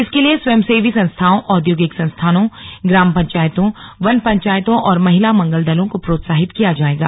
इसके लिए स्वयंसेवी संस्थाओं औद्योगिक संस्थानों ग्राम पंचायतों वन पंचायतों औरमहिला मंगल दलों को प्रोत्साहित किया जाएगा